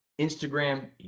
Instagram